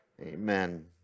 Amen